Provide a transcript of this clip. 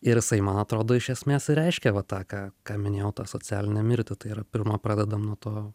ir jisai man atrodo iš esmės ir reiškia va tą ką ką minėjau tą socialinę mirtį tai yra pirma pradedam nuo to